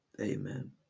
Amen